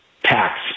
tax